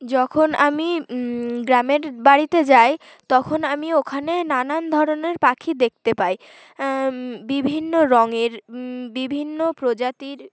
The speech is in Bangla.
যখন আমি গ্রামের বাড়িতে যাই তখন আমি ওখানে নানান ধরনের পাখি দেখতে পাই বিভিন্ন রঙের বিভিন্ন প্রজাতির